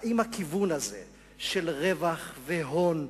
האם הכיוון הזה של רווח והון,